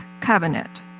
covenant